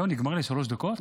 זהו, נגמרו לי שלוש הדקות?